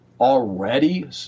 already